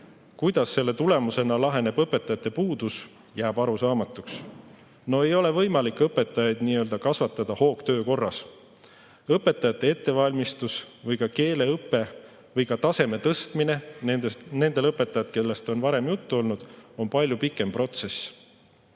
Kuidas selle tulemusena laheneb õpetajate puudus, jääb arusaamatuks. No ei ole võimalik õpetajaid nii-öelda kasvatada hoogtöö korras. Õpetajate ettevalmistus või ka keeleõpe või ka taseme tõstmine nendel õpetajatel, kellest on varem juttu olnud, on palju pikem